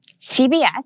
CBS